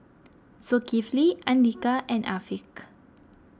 Zulkifli andika and Afiq